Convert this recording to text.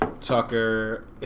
Tucker